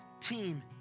team